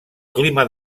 clima